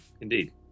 Indeed